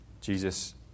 Jesus